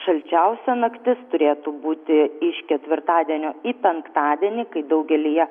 šalčiausia naktis turėtų būti iš ketvirtadienio į penktadienį kai daugelyje